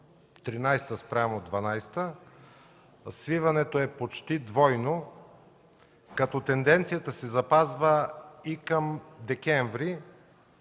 2013 г. спрямо 2012 г. – свиването е почти двойно, като тенденцията се запазва и към септември,